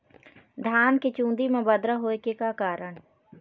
धान के चुन्दी मा बदरा होय के का कारण?